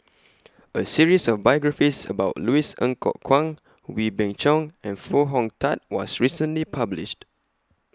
A series of biographies about Louis Ng Kok Kwang Wee Beng Chong and Foo Hong Tatt was recently published